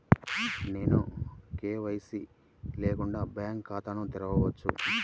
నేను కే.వై.సి లేకుండా బ్యాంక్ ఖాతాను తెరవవచ్చా?